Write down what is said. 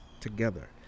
together